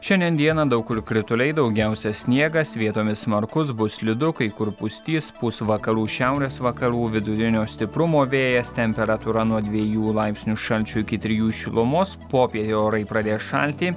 šiandien dieną daug kur krituliai daugiausia sniegas vietomis smarkus bus slidu kai kur pustys pūs vakarų šiaurės vakarų vidutinio stiprumo vėjas temperatūra nuo dviejų laipsnių šalčio iki trijų šilumos popietę orai pradės šalti